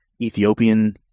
Ethiopian